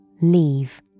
leave